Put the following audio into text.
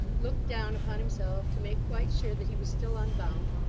looked down upon himself to make quite sure that he was still unbound,